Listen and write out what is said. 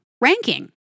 ranking